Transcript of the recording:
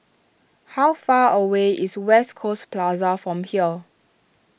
how far away is West Coast Plaza from here